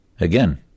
again